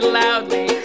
loudly